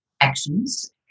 actions